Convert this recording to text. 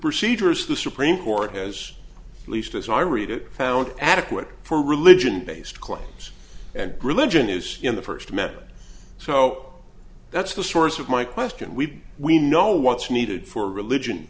procedures the supreme court has at least as i read it found adequate for religion based clans and religion is in the first met so that's the source of my question we we know what's needed for religion